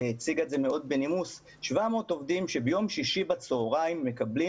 הציגה את זה מאוד בנימוס 700 עובדים שביום שישי בצוהריים מקבלים